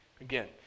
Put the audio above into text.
Again